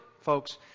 folks